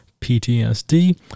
PTSD